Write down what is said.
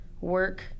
work